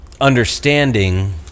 understanding